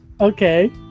Okay